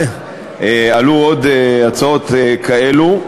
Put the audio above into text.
עלו עוד הצעות כאלו.